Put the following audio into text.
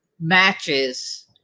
matches